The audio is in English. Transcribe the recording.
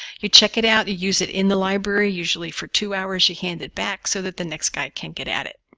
you check it out, use it in the library, usually for two hours, you hand it back, so that the next guy can get at it.